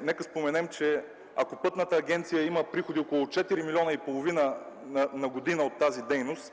Нека споменем, че ако Пътната агенция има приходи около четири милиона и половина на година от тази дейност,